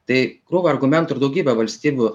tai krūva argumentų ir daugybė valstybių